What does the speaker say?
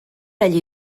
allí